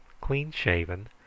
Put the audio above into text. clean-shaven